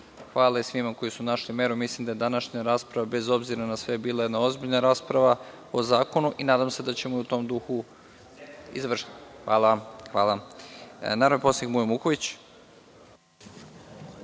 Hvala i svima koji su našli meru. Mislim da je današnja rasprava, bez obzira na sve, bila jedna ozbiljna rasprava o zakonu i nadam se da ćemo u tom duhu i završiti. Reč ima narodni poslanik Mujo Muković.